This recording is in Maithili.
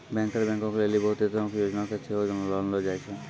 बैंकर बैंको के लेली बहुते तरहो के योजना के सेहो लानलो जाय छै